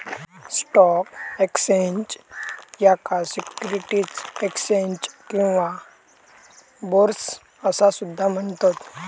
stock exchange, याका securities exchange किंवा bourse असा सुद्धा म्हणतत